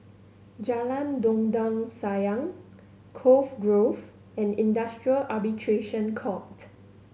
Jalan Dondang Sayang Cove Grove and Industrial Arbitration Court